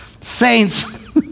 saints